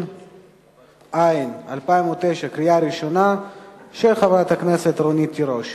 התש"ע 2009, של חברת הכנסת רונית תירוש,